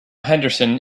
henderson